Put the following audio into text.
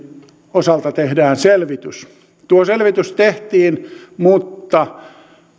osalta tehdään selvitys tuo selvitys tehtiin mutta